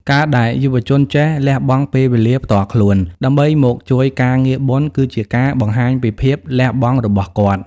ការដែលយុវជនចេះ "លះបង់ពេលវេលាផ្ទាល់ខ្លួន" ដើម្បីមកជួយការងារបុណ្យ គឺជាការបង្ហាញពីភាពលះបង់របស់គាត់។